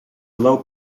low